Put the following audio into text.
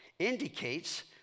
indicates